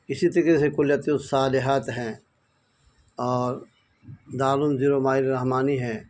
اسی طریقے سے کلیات الصالحات ہے اور دار العلوم زیرو مائل رحمانی ہے